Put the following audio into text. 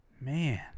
Man